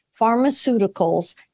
pharmaceuticals